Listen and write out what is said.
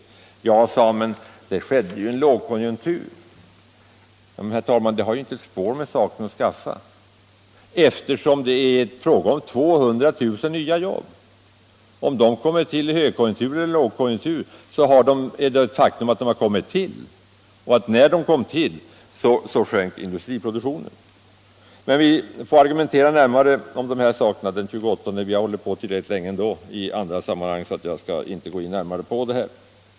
Men, sade industriministern, det skedde ju i en lågkonjunktur. Det har emellertid, herr talman, inte ett spår med saken att skaffa, eftersom det är fråga om 200 000 nya jobb. Vare sig de kommer till i en högkonjunktur eller i en lågkonjunktur, så är det ändå ett faktum att de har kommit till och att när de kom till sjönk energiproduktionen. Vi får som sagt argumentera närmare om de här sakerna den 28: Vi har hållit på tillräckligt länge ändå nu, så jag skall inte gå närmare in på frågan i detta sammanhang.